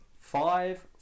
Five